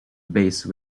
base